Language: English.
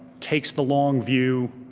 takes the long view,